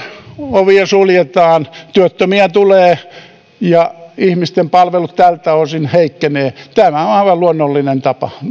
ovia suljetaan työttömiä tulee ja ihmisten palvelut tältä osin heikkenevät tämä on aivan luonnollinen tapa tyhjentää